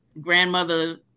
grandmother